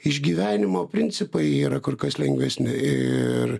išgyvenimo principai yra kur kas lengvesni ir